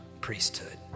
priesthood